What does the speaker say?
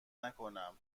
نکنم، تو